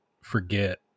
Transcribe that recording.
forget